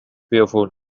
fearful